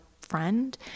friend